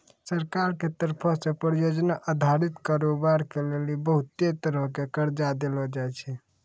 सरकार के तरफो से परियोजना अधारित कारोबार के लेली बहुते तरहो के कर्जा देलो जाय छै